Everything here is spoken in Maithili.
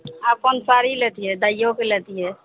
अपन साड़ी लैतियै दाइयोके लैतियै